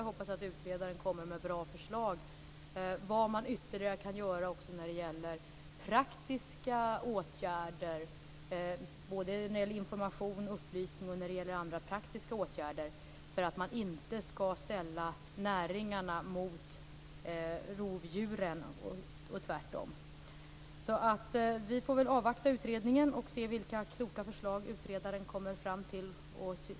Jag hoppas att utredaren kommer med bra förslag till vilka åtgärder man kan vidta när det gäller information och upplysning och när det gäller andra praktiska åtgärder för att man inte skall ställa näringarna mot rovdjuren och tvärtom. Så vi får väl avvakta utredningen och se vilka kloka förslag utredaren kommer fram till.